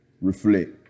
reflect